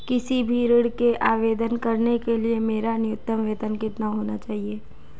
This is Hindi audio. किसी भी ऋण के आवेदन करने के लिए मेरा न्यूनतम वेतन कितना होना चाहिए?